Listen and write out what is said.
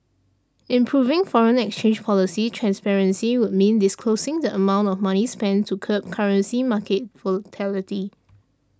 improving foreign exchange policy transparency would mean disclosing the amount of money spent to curb currency market volatility